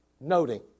noting